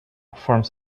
forms